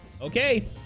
Okay